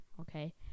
okay